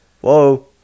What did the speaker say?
whoa